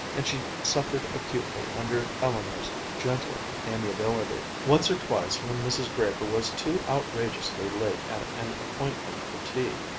and she suffered acutely under eleanor's gentle amiability. once or twice when mrs. draper was too outrageously late at an appointment for tea,